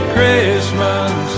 Christmas